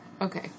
Okay